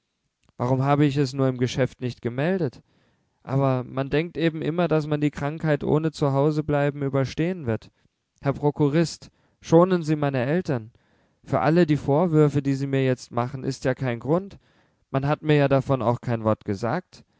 warum habe ich es nur im geschäft nicht gemeldet aber man denkt eben immer daß man die krankheit ohne zuhausebleiben überstehen wird herr prokurist schonen sie meine eltern für alle die vorwürfe die sie mir jetzt machen ist ja kein grund man hat mir ja davon auch kein wort gesagt